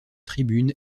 tribune